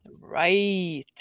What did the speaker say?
Right